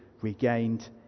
regained